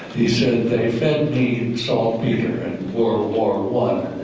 he said they fed me and so poured warm